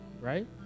Right